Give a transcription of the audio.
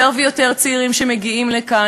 יותר ויותר צעירים שמגיעים לכאן,